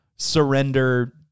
Surrender